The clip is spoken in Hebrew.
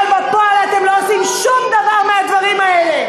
אבל בפועל אתם לא עושים שום דבר מהדברים האלה.